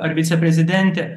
ar viceprezidentė